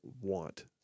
want